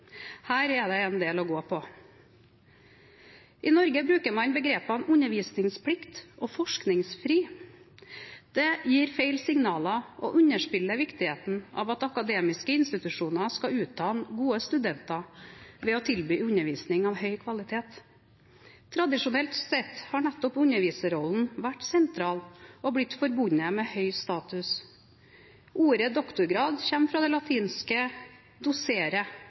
Her er det en del å gå på. I Norge bruker man begrepene «undervisningsplikt» og «forskningsfri». Dette gir feil signaler og underspiller viktigheten av at akademiske institusjoner skal utdanne gode studenter ved å tilby undervisning av høy kvalitet. Tradisjonelt sett har nettopp underviserrollen vært sentral og blitt forbundet med høy status. Ordet «doktorgrad» kommer fra det latinske